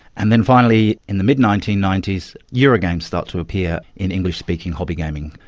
and then finally in the mid nineteen ninety s, eurogames start to appear in english-speaking hobby gaming.